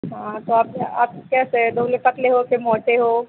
हाँ तो आप या आप कैसे दुबले पतले हो कि मोटे हो